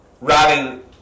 writing